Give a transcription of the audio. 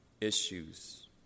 issues